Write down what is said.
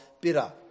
Bitter